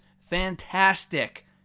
fantastic